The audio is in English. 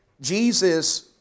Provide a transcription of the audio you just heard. Jesus